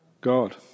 God